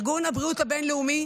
ארגון הבריאות הבין-לאומי